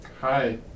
Hi